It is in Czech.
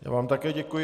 Já vám také děkuji.